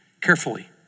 carefully